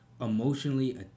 emotionally